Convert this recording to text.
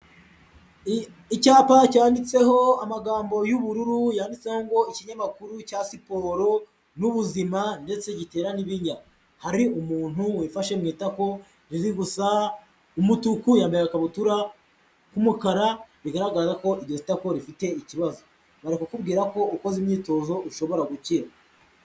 Icyapa cyanditseho amagambo y'ubururu yanditseho ngo ikinyamakuru cya siporo n'ubuzima ndetse gitera n'ibinya, hari umuntu wifashe mu itako riri gusa umutuku, yambaye agakabutura k'umukara bigaragaza ko iryo tako rifite ikibazo, bari kukubwira ko ukoze imyitozo ushobora gukira.